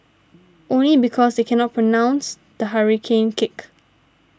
only because they cannot pronounce the hurricane kick